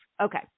Okay